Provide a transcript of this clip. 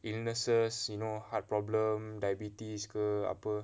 illnesses you know heart problems diabetes ke apa